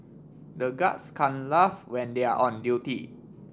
the guards can't laugh when they are on duty